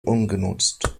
ungenutzt